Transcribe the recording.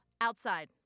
outside